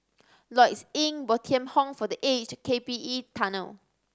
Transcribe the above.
Lloyds Inn Bo Tien Home for The Aged K P E Tunnel